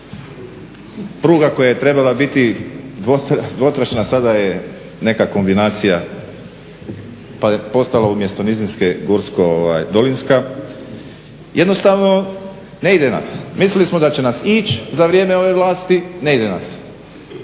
pruga koja je trebala biti dvotračna sada je neka kombinacija pa je postala umjesto nizinske gorsko-dolinska. Jednostavno ne ide nas, mislili smo da će nas ići za vrijeme ove vlasti, ne ide nas.